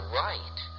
right